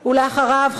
אחריו,